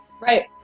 Right